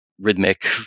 rhythmic